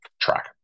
track